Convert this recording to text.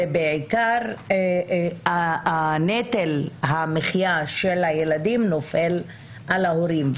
ועיקר נטל המחיה של הילדים נופל על ההורים.